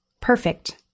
Perfect